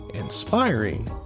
inspiring